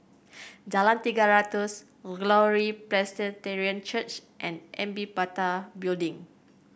Jalan Tiga Ratus Glory Presbyterian Church and Amitabha Building